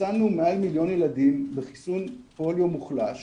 חיסנו מעל מיליון ילדים בחיסון פוליו מוחלש